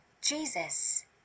Jesus